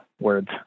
words